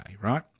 right